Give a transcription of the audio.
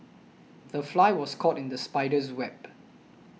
the fly was caught in the spider's web